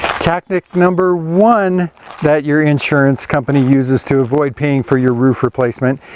tactic number one that your insurance company uses to avoid paying for your roof replacement,